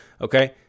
okay